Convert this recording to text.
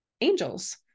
angels